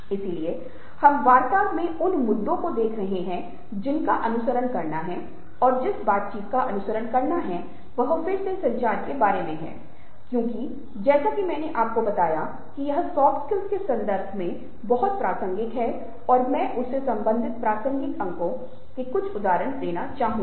इसलिए हम वार्ता में उन मुद्दों को देख रहे हैं जिनका अनुसरण करना है और जिस बातचीत का अनुसरण करना है वह फिर से संचार के बारे में है क्योंकि जैसा कि मैंने आपको बताया कि यह सॉफ्ट स्किल के संदर्भ में बहुत प्रासंगिक है और मैं उस से संबंधित प्रासंगिक अंकों की कुछ उदाहरण देना चाहूंगा